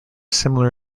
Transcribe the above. similar